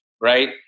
right